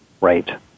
right